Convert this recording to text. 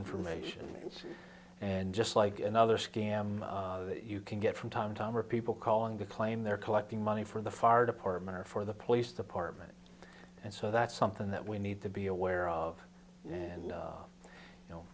information and just like another scam you can get from time time or people calling to claim they're collecting money from the far department or for the police department and so that's something that we need to be aware of and you know